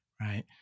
Right